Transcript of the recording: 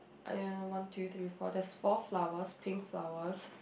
!aiya! one two three four there is four flowers pink flowers